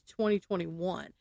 2021